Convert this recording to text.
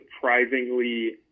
surprisingly